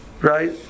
right